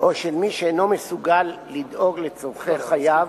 או מי שאינו מסוגל לדאוג לצורכי חייו,